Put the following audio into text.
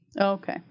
okay